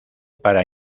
para